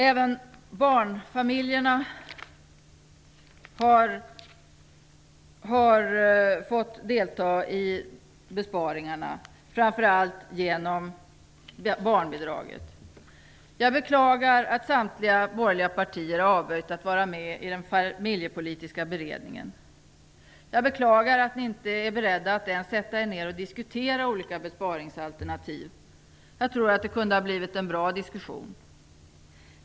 Även barnfamiljerna har fått delta i besparingarna, framför allt genom barnbidraget. Jag beklagar att samtliga borgerliga partier har avböjt att vara med i den familjepolitiska beredningen. Jag beklagar att ni inte ens är beredda att sätta er ner och diskutera olika besparingsalternativ. Jag tror att det skulle ha blivit en bra diskussion.